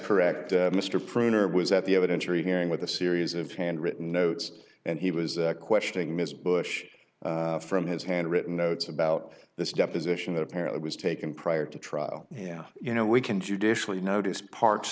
correct mr proner was at the evidence are you hearing with a series of handwritten notes and he was questioning ms bush from his handwritten notes about this deposition that apparently was taken prior to trial yeah you know we can judicially notice parts